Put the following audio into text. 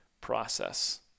process